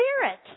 Spirit